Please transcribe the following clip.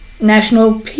National